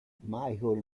michael